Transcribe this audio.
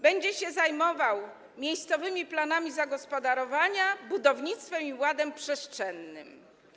Będzie się zajmował miejscowymi planami zagospodarowania, budownictwem i ładem przestrzennym.